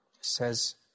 says